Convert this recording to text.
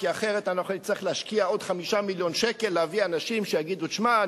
כי אחרת אנחנו נצטרך להשקיע עוד 5 מיליון שקל להביא אנשים שיגידו: תשמע,